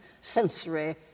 sensory